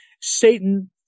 Satan